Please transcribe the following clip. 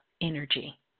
energy